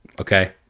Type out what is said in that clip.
okay